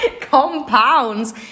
compounds